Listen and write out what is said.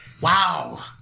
Wow